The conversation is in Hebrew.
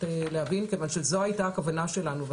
להבין כיוון שזו הייתה הכוונה שלנו.